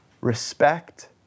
respect